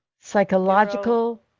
psychological